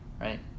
right